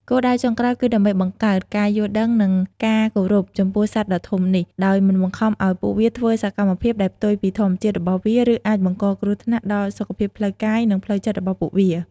គោលដៅចុងក្រោយគឺដើម្បីបង្កើត ការយល់ដឹង និង ការគោរព ចំពោះសត្វដ៏ធំនេះ ដោយមិនបង្ខំឲ្យពួកវាធ្វើសកម្មភាពដែលផ្ទុយពីធម្មជាតិរបស់វា ឬអាចបង្កគ្រោះថ្នាក់ដល់សុខភាពផ្លូវកាយ និងផ្លូវចិត្តរបស់ពួកវា។